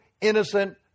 innocent